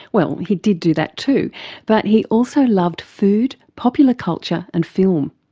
well, he did do that too but he also loved food, popular culture and film.